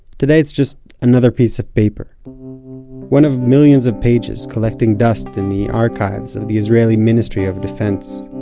today it's just another piece of paper one of millions of pages collecting dust in the archives of the israeli ministry of defence.